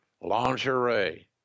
lingerie